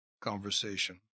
conversation